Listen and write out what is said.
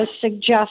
suggest